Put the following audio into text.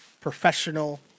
professional